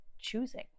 choosing